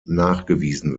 nachgewiesen